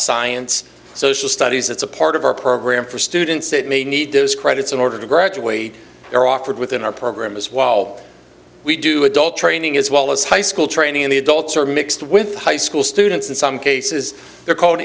science social studies it's a part of our program for students that may need those credits in order to graduate are offered within our program as well we do adult training as well as high school training in the adults are mixed with high school students in some cases they're called